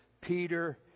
Peter